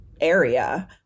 area